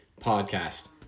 Podcast